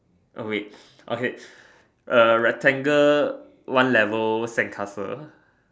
oh wait okay uh rectangle one level sandcastle